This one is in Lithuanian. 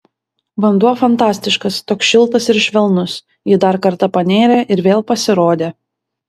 vanduo fantastiškas toks šiltas ir švelnus ji dar kartą panėrė ir vėl pasirodė